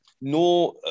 no